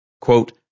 Quote